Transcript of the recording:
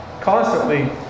Constantly